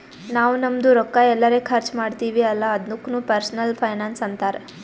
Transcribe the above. ನಾವ್ ನಮ್ದು ರೊಕ್ಕಾ ಎಲ್ಲರೆ ಖರ್ಚ ಮಾಡ್ತಿವಿ ಅಲ್ಲ ಅದುಕ್ನು ಪರ್ಸನಲ್ ಫೈನಾನ್ಸ್ ಅಂತಾರ್